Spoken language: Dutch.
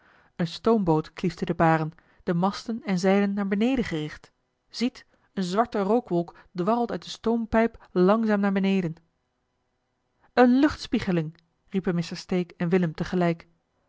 eene stoomboot kliefde de baren de masten en zeilen naar beneden gericht ziet een zwarte rookwolk dwarrelt uit de stoompijp langzaam naar beneden eene luchtspiegeling riepen mr stake en willem te